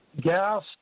gas